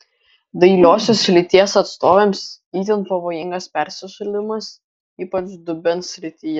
dailiosios lyties atstovėms itin pavojingas persišaldymas ypač dubens srityje